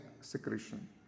secretion